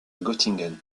göttingen